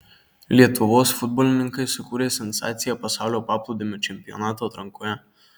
lietuvos futbolininkai sukūrė sensaciją pasaulio paplūdimio čempionato atrankoje